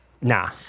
Nah